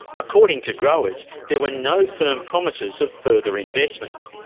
according to growers there were no firm promises of further investment.